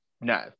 no